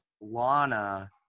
Lana